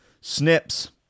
Snips